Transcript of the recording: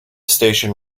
station